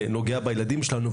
זה נוגע בילדים שלנו,